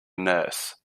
nurse